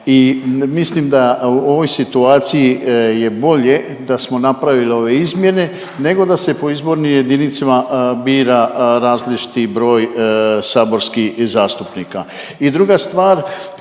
I mislim da u ovoj situaciji je bolje da smo napravili ove izmjene nego da se po izbornim jedinicama bira različiti broj saborskih zastupnika i druga stvar